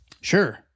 Sure